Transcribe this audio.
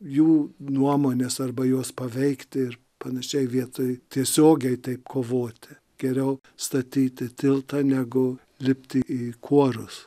jų nuomonės arba juos paveikti ir panašiai vietoj tiesiogiai taip kovoti geriau statyti tiltą negu lipti į kuorus